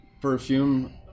perfume